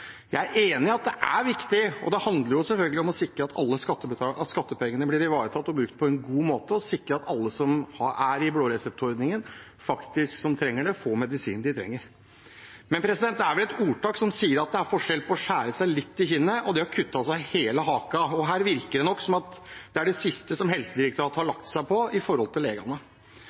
Jeg er enig i at dette er viktig, og det handler selvfølgelig om å sikre at skattepengene blir ivaretatt og brukt på en god måte, og at alle som er i blå resept-ordningen, får medisinen de trenger. Men det er vel et ordtak som sier at det er forskjell på å skjære seg litt i kinnet og å kutte av seg hele haken – og her virker det som at det er det siste som er linjen som Helsedirektoratet har lagt seg på